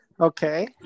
Okay